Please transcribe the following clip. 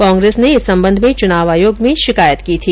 कांग्रेस ने इस संबंध में चुनाव आयोग में शिकायत की थी